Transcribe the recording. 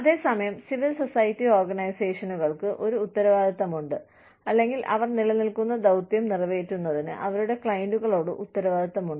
അതേ സമയം civil society ഓർഗനൈസേഷനുകൾക്ക് ഒരു ഉത്തരവാദിത്തമുണ്ട് അല്ലെങ്കിൽ അവർ നിലനിൽക്കുന്ന ദൌത്യം നിറവേറ്റുന്നതിന് അവരുടെ ക്ലയന്റുകളോട് ഉത്തരവാദിത്തമുണ്ട്